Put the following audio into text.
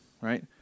right